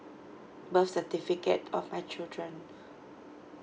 birth certificate of my children